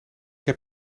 heb